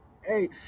hey